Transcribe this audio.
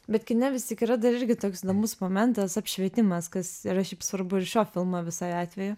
bet kine vis juk yra dar irgi toks įdomus momentas apšvietimas kas yra šiaip svarbu ir šio filmo visai atveju